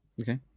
Okay